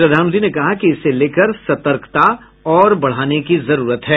प्रधानमंत्री ने कहा कि इसे लेकर सतर्कता और बढ़ाने की जरूत है